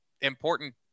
important